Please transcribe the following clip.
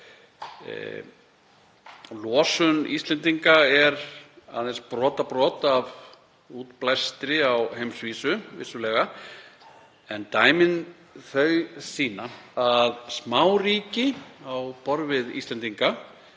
Losun Íslendinga er aðeins brotabrot af útblæstri á heimsvísu, vissulega, en dæmin sýna að smáríki á borð við Íslendinga